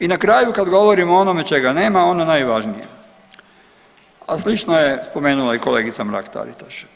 I na kraju kad govorimo o onome čega nema, ono najvažnije, a slično je spomenula i kolegica Mrak-Taritaš.